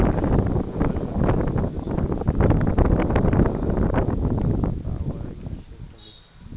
হাকান মাটিতে চাষবাসের তন্ন যে পদার্থ বিজ্ঞান পড়াইয়ার বিষয় থাকি